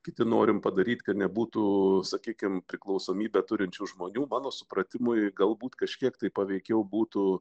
kiti norim padaryt kad nebūtų sakykim priklausomybę turinčių žmonių mano supratimui galbūt kažkiek tai paveikiau būtų